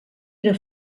era